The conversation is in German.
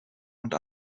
und